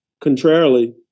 contrarily